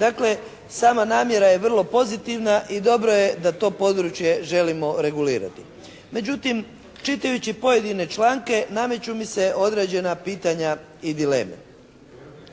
Dakle, sama namjera je vrlo pozitivna i dobro je da to područje želimo regulirati. Međutim, čitajući pojedine članke nameću mi se određena pitanja i dileme.